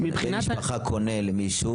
כשבן משפחה קונה למישהו